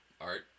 art